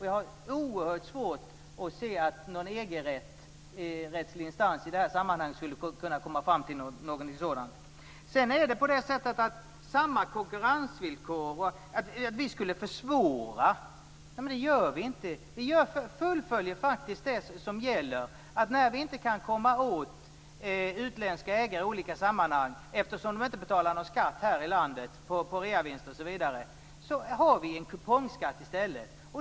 Jag har oerhört svårt att se att någon EG-rättslig instans i det här sammanhanget skulle kunna komma fram till någonting sådant. Sedan talas det om samma konkurrensvillkor och om att vi skulle försvåra. Men det gör vi inte. Vi fullföljer det som gäller: När vi inte kan komma åt utländska ägare i olika sammanhang, eftersom de inte betalar någon skatt på reavinster osv. här i landet, har vi en kupongskatt i stället.